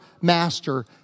master